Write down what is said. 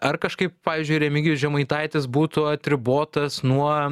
ar kažkaip pavyzdžiui remigijus žemaitaitis būtų atribotas nuo